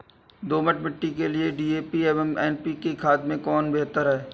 दोमट मिट्टी के लिए डी.ए.पी एवं एन.पी.के खाद में कौन बेहतर है?